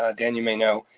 ah dan you may know.